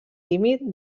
límit